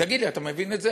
תגיד לי, אתה מבין את זה?